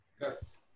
Yes